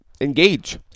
engage